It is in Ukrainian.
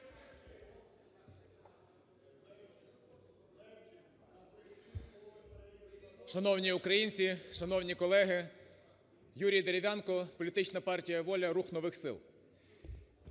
Шановні українці, шановні колеги! Юрій Дерев'янко, політична партія "Воля" – "Рух нових сил".